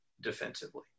defensively